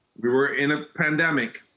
we were in a pandemic,